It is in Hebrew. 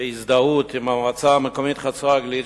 והזדהות עם המועצה המקומית חצור-הגלילית,